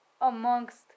amongst